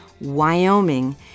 Wyoming